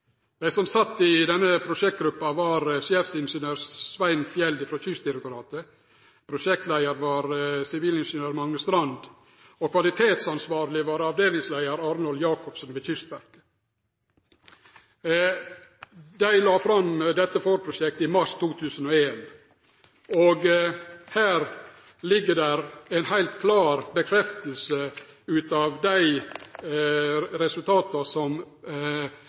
Dei som sat i denne prosjektgruppa, var: prosjektansvarleg: sjefingeniør Svein Fjeld frå Kystdirektoratet prosjektleiar: sivilingeniør Magne Strand kvalitetsansvarleg: avdelingsleiar Arnold Jacobsen ved Kystverket Dei la fram dette forprosjektet i mars 2001, og her er det ei heilt klar stadfesting av dei resultata som